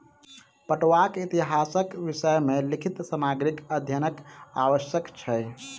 पटुआक इतिहासक विषय मे लिखित सामग्रीक अध्ययनक आवश्यक छै